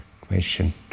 question